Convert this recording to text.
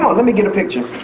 let me get a picture.